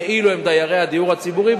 כאילו הם דיירי הדיור הציבורי,